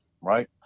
Right